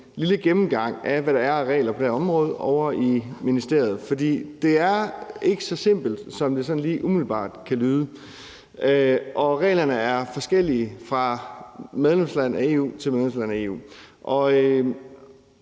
ministeriet af, hvad der er af regler på det her område. For det er ikke så simpelt, som det sådan lige umiddelbart kan lyde, og reglerne er forskellige fra medlemsland i EU til medlemsland i EU.